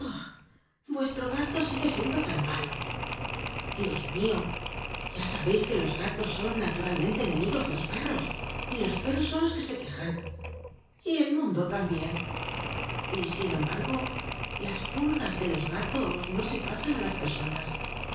vuestro gato sigue siendo tan malo dios mios ya sabeis que los gatos son naturalmente enemigos de los perros y los perros son los que se quejan y el mundo tambien y sin embargo las pulgas de los gatos no se pasan á las personas